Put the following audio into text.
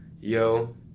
yo